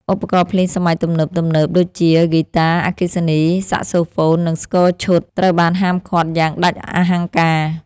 ឧបករណ៍ភ្លេងសម័យទំនើបៗដូចជា ហ្គីតាអគ្គិសនី សាក់សូហ្វូន និងស្គរឈុត ត្រូវបានហាមឃាត់យ៉ាងដាច់អហង្ការ។